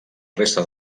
resta